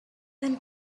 then